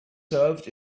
served